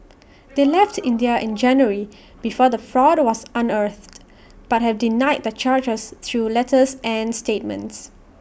they left India in January before the fraud was unearthed but have denied the charges through letters and statements